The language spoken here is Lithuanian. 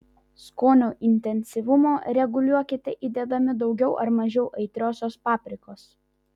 skonio intensyvumą reguliuokite įdėdami daugiau ar mažiau aitriosios paprikos